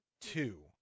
two